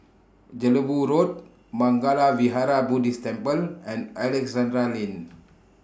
Jelebu Road Mangala Vihara Buddhist Temple and Alexandra Lane